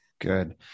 Good